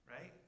right